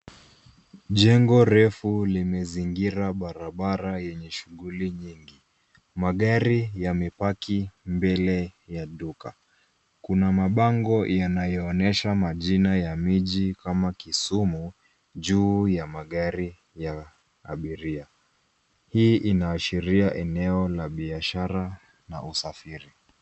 Jengo refu limezingira barabara yenye shughuli nyingi. Magari yamepaki mbele ya duka. Kuna mabango yanayo onyensha majina ya miji kama Kisumu juu ya magari ya abiria. Hii inaashiria eneo la biashara na usafiri.